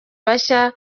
bashya